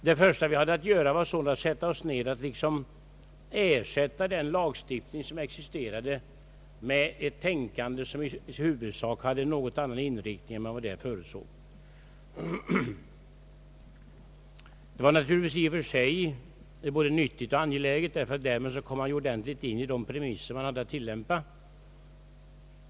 Det första vi hade att göra var sålunda att sätta oss ned och så att säga ersätta den lagstiftning som fanns med ett tänkande som i huvudsak hade en något annan inriktning än vad man i lagstiftningen förutsåg. Det var naturligtvis i och för sig både nyttigt och angeläget, därför att då kom man in i de premisser som man hade att tillämpa.